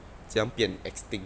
怎样变 extinct